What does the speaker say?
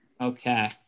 Okay